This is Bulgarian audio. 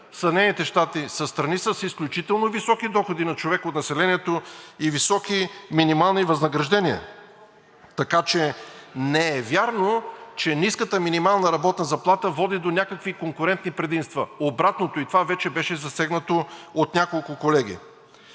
Съедините щати са страни с изключително високи доходи на човек от населението и високи минимални възнаграждения. Така че не е вярно, че ниската минимална работна заплата води до някакви конкурентни предимства. Обратното, и това вече беше засегнато от няколко колеги.